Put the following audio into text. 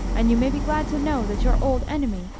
and you may be glad to know that your old enemy,